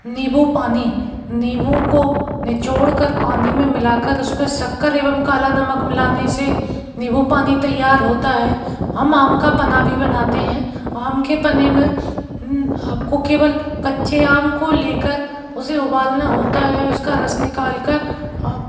नीम्बू पानी नीम्बू को निचोड़ कर पानी में मिला कर उसमें शक्कर एवम् काला नमक मिलाने से नीम्बू पानी तैयार होता है हम आम का पन्ना भी बनाते हैं आम के पन्ने में आपको केवल कच्चे आम को लेकर उसे उबालना होता है उसका रस निकाल कर आउ